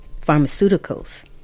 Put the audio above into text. pharmaceuticals